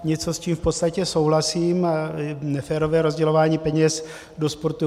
Něco, s čím v podstatě souhlasím, je neférové rozdělování peněz do sportu.